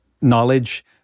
knowledge